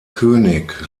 könig